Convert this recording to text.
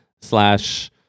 slash